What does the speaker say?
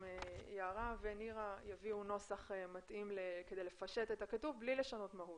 עם יערה ונירה יביא נוסח מתאים כדי לפשט את הכתוב בלי לשנות מהות.